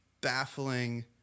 baffling